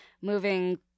moving